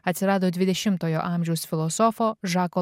atsirado dvidešimtojo amžiaus filosofo žako